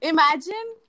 Imagine